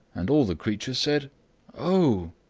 and all the creatures said oh!